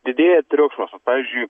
didėja triukšmas vat pavyzdžiui